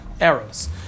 arrows